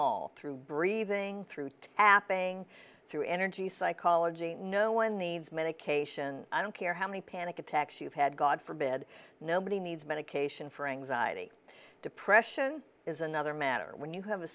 all through breathing through to happening through energy psychology no one needs medication i don't care how many panic attacks you've had god forbid nobody needs medication for anxiety depression is another matter when you have a